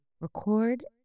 record